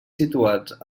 situats